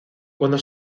cuando